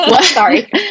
Sorry